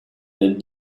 that